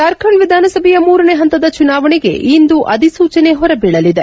ಜಾರ್ಖಂಡ್ ವಿಧಾನಸಭೆಯ ಮೂರನೇ ಹಂತದ ಚುನಾವಣೆಗೆ ಇಂದು ಅಧಿಸೂಚನೆ ಹೊರಬೀಳಲಿದೆ